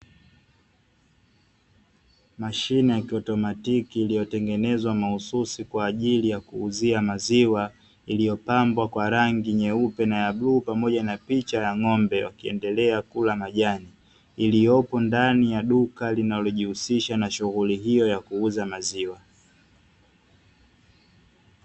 Mashine ya kiautomatiki iliyotengenezwa mahususi kwa ajili ya kuuzia maziwa iliyopambwa kwa rangi nyeupe na ya bluu pamoja na picha ya ng'ombe wakiendelea kula majani, iliyopo ndani ya duka linalojihusisha na shughuli hiyo ya kuuza maziwa.